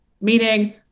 Meaning